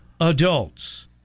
adults